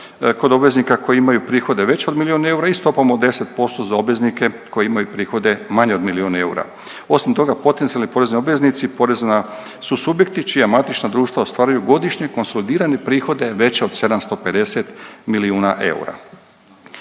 kod obveznika koji imaju prihode veće od milijun eura i stopom od 10% za obveznike koji imaju prihode manje od milijun eura. Osim toga, potencijalni porezni obveznici porezna su subjekti čija matična društva ostvaruju godišnje konsolidirane prihode veće od 750 milijuna eura.